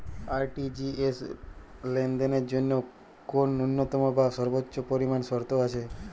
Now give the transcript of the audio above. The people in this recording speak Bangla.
আর.টি.জি.এস লেনদেনের জন্য কোন ন্যূনতম বা সর্বোচ্চ পরিমাণ শর্ত আছে?